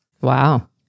Wow